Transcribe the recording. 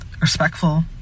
respectful